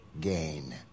Gain